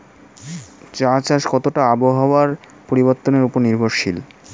চা চাষ কতটা আবহাওয়ার পরিবর্তন উপর নির্ভরশীল?